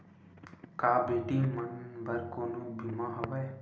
का बेटी मन बर कोनो बीमा हवय?